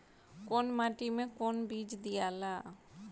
कौन माटी मे कौन बीज दियाला?